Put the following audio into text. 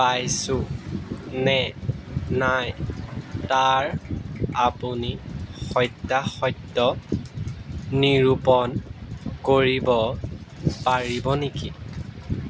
পাইছো নে নাই তাৰ আপুনি সত্যাসত্য নিৰূপণ কৰিব পাৰিব নেকি